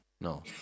No